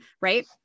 right